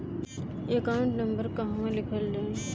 Account number कहवा लिखल जाइ?